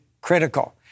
critical